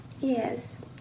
yes